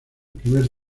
primer